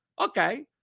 Okay